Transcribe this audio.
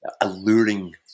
alluring